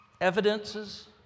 evidences